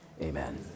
Amen